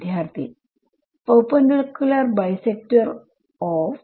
വിദ്യാർത്ഥി perpendicular bisector of